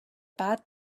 bad